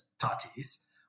Tatis